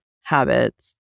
habits